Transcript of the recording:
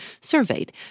surveyed